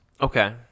Okay